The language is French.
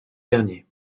dernier